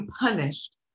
punished